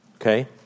Okay